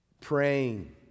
praying